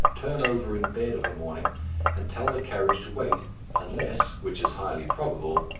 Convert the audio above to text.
turn over in bed of a morning and tell the carriage to wait unless, which is highly probable,